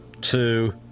two